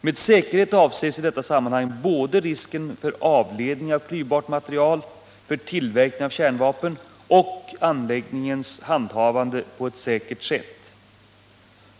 Med säkerhet avses i detta sammanhang både risken för avledning av klyvbart material för tillverkning av kärnvapen och anläggningens handhavande på ett säkert sätt.